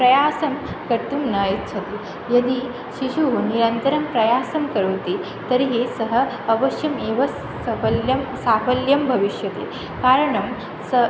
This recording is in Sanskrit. प्रयासं कर्तुं न इच्छति यदि शिशुः निरन्तरं प्रयासं करोति तर्हि सः अवश्यम् एव सफलः भविष्यति कारणं स